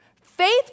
Faith